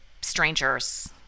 strangers